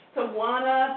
Tawana